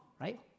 right